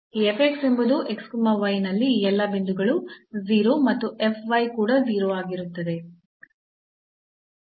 ಈ ಎಂಬುದು ನಲ್ಲಿ ಈ ಎಲ್ಲಾ ಬಿಂದುಗಳು 0 ಮತ್ತು ಕೂಡ 0 ಆಗಿರುತ್ತದೆ